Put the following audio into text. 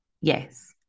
Yes